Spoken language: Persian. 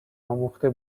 آموخته